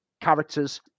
characters